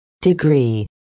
Degree